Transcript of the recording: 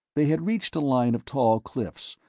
they had reached a line of tall cliffs,